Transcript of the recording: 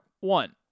One